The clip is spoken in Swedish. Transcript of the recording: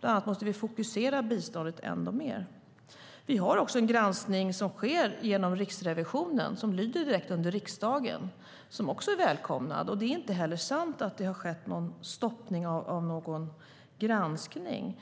Bland annat måste vi fokusera biståndet ännu mer. Det sker också en granskning genom Riksrevisionen, som lyder direkt under riksdagen, och den är också välkomnad. Det är inte sant att någon granskning har stoppats.